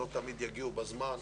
לא תמיד יגיעו בזמן.